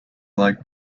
like